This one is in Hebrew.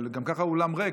אבל גם ככה האולם ריק,